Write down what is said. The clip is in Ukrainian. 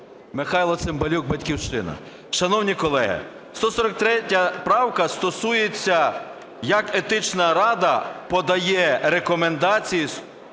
Михайло Цимбалюк, "Батьківщина". Шановні колеги, 143 правка стосується, як Етична рада подає рекомендації